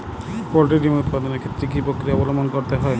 Poultry ডিম উৎপাদনের ক্ষেত্রে কি পক্রিয়া অবলম্বন করতে হয়?